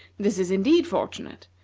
this is indeed fortunate!